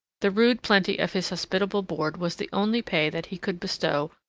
the rude plenty of his hospitable board was the only pay that he could bestow,